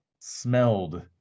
smelled